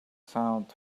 sound